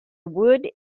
would